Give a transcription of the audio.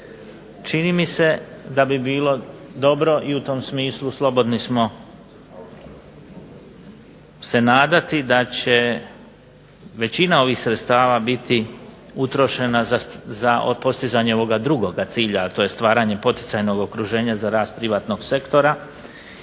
Čini mi se da bi bilo dobro i u tom smislu slobodni smo se nadati da će većina ovih sredstava biti utrošena za postizavanje ovog drugog cilja, a to je stvaranje poticajnog okruženja za rast privatnog sektora